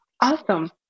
Awesome